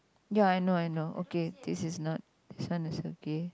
ya I know I know okay this is not this one is okay